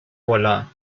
ovalada